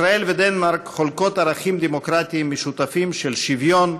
ישראל ודנמרק חולקות ערכים דמוקרטיים משותפים של שוויון,